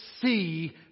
see